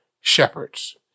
shepherds